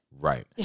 Right